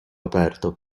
aperto